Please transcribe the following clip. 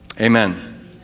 amen